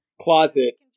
closet